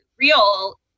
real